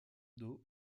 dos